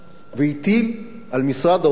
והטיל על משרד האוצר,